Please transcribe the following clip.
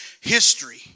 history